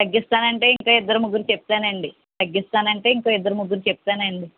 తగ్గిస్తానంటే ఇంక ఇద్దరు ముగ్గురికి చెప్తానండి తగ్గిస్తానంటే ఇంక ఇద్దరు ముగ్గురికి చెప్తానండీ